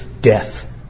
death